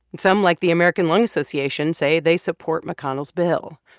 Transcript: some like the american lung association say they support mcconnell's bill.